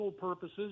purposes